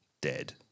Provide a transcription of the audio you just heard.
dead